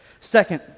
Second